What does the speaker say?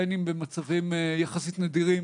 בין אם במצבים יחסית נדירים